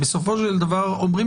עוד דיון לעניין ואנחנו גם, אני אזמין